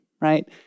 right